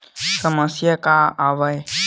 समस्या का आवे?